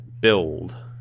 build